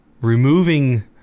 removing